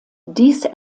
dies